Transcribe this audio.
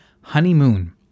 Honeymoon